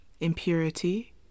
Impurity